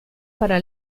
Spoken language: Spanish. para